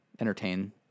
entertain